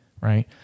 right